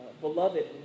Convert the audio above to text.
Beloved